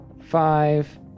five